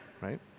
right